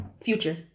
future